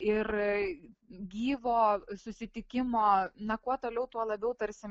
ir gyvo susitikimo na kuo toliau tuo labiau tarsi